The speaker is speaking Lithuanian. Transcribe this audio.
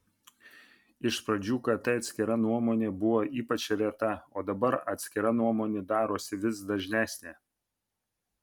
iš pradžių kt atskira nuomonė buvo ypač reta o dabar atskira nuomonė darosi vis dažnesnė